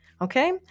Okay